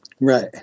Right